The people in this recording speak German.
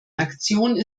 aktion